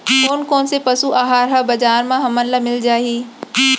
कोन कोन से पसु आहार ह बजार म हमन ल मिलिस जाही?